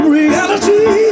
reality